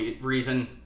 reason